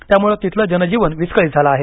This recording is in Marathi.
त्यामुळे तिथलं जनजीवन विस्कळित झालं आहे